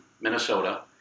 Minnesota